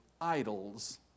idols